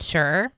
Sure